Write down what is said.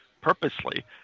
purposely